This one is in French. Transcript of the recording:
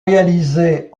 réalisé